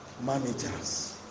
Managers